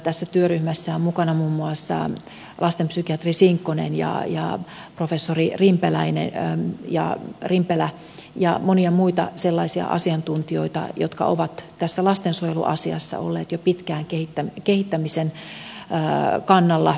tässä työryhmässä on mukana muun muassa lastenpsykiatri sinkkonen ja professori rimpelä ja monia muita sellaisia asiantuntijoita jotka ovat tässä lastensuojeluasiassa olleet jo pitkään kehittämisen kannalla